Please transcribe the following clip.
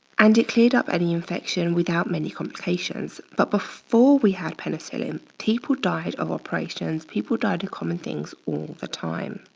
and it cleared up any infection without many complications. but before we had penicillin, people died of operations, people died to common things all the time.